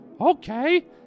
Okay